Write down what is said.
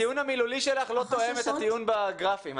הם יישארו בבית ויזדקקו לפסיכולוגיים.